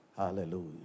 Hallelujah